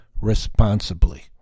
responsibly